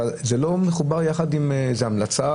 אבל זה לא מחובר יחד עם איזה המלצה